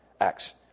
Acts